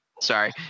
Sorry